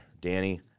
Danny